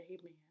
amen